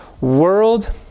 world